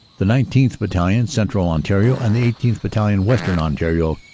the nineteenth. battalion, central ontario, and the eighteenth. battalion. western ontario,